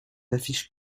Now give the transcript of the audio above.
affiches